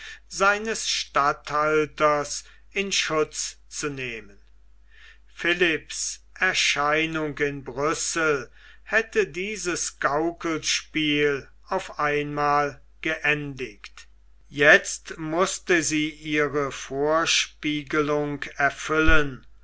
seines statthalters in schutz zu nehmen philipps erscheinung in brüssel hätte dieses gaukelspiel auf einmal geendigt jetzt mußte sie ihre vorspiegelung erfüllen